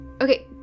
Okay